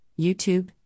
YouTube